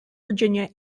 virginia